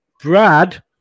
Brad